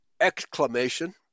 exclamation